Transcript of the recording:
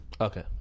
Okay